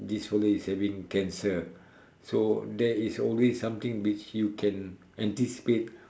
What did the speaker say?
this fellow is having cancer so there is always something which you can anticipate